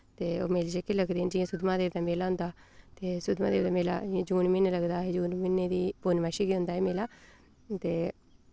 ते ओह् मेले जेह्के लगदे न जि'यां सुद्धमहादेव दा मेला होंदा ते सुद्धमहादेव दा मेला इ'यां जून म्हीने लगदा जून म्हीने दी पूर्णमाशी गी होंदा एह् मेला ते